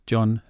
John